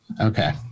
okay